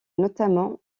notamment